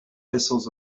vessels